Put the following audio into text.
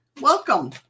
Welcome